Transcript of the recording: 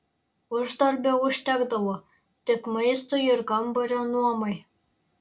uždarbio užtekdavo tik maistui ir kambario nuomai